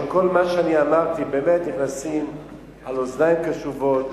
שכל מה שאני אמרתי באמת נכנס לאוזניים קשובות,